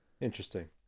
Interesting